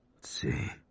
See